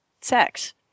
sex